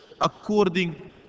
according